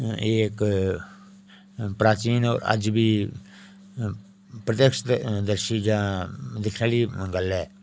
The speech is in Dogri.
एह् इक प्राचीन ते अज्ज बी प्रत्यक्ष दर्शी जां दिक्खने आह्ली गल्ल ऐ